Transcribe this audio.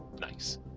nice